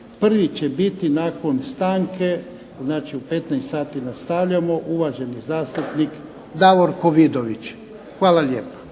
Prvi će biti nakon stanke, znači u 15 sati nastavljamo, uvaženi zastupnik Davorko Vidović. Hvala lijepa.